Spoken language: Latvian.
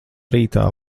rītā